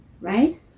right